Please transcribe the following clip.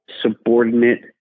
subordinate